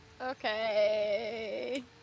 Okay